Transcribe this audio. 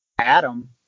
Adam